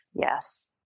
yes